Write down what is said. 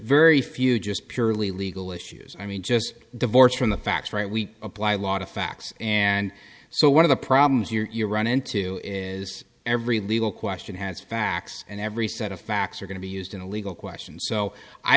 very few just purely legal issues i mean just divorced from the facts right we apply a lot of facts and so one of the problems you're run into is every legal question has facts and every set of facts are going to be used in a legal question so i